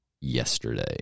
yesterday